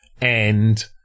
and-